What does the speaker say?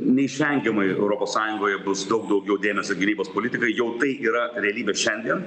neišvengiamai europos sąjungoje bus daug daugiau dėmesio gynybos politikai jau tai yra realybė šiandien